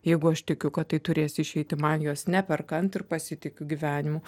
jeigu aš tikiu kad tai turės išeitį man juos neperkant ir pasitikiu gyvenimu